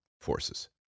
forces